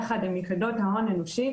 יחד עם יחידות ההון האנושי,